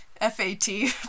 F-A-T